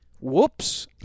Whoops